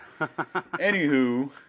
anywho